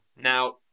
now